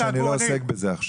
ואני לא עוסק בזה עכשיו.